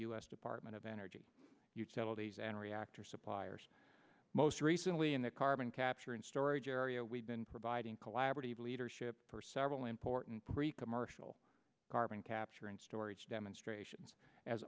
s department of energy utilities and reactor suppliers most recently in the carbon capture and storage area we've been providing collaborative leadership for several important pre commercial carbon capture and storage demonstrations as